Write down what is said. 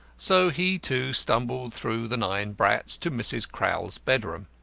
so he, too, stumbled through the nine brats to mrs. crowl's bedroom.